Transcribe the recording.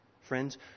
friends